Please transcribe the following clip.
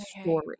story